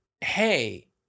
Hey